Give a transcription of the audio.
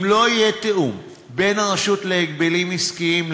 אם לא יהיה תיאום בין הרשות להגבלים עסקיים,